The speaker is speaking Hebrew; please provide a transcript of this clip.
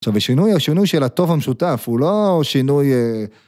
עכשיו השינוי הוא שינוי של הטוב המשותף, הוא לא שינוי...